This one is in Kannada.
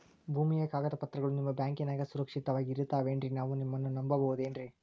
ಭೂಮಿಯ ಕಾಗದ ಪತ್ರಗಳು ನಿಮ್ಮ ಬ್ಯಾಂಕನಾಗ ಸುರಕ್ಷಿತವಾಗಿ ಇರತಾವೇನ್ರಿ ನಾವು ನಿಮ್ಮನ್ನ ನಮ್ ಬಬಹುದೇನ್ರಿ?